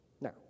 Now